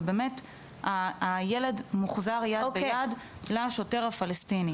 ובאמת הילד מוחזר יד ביד לשוטר הפלסטיני.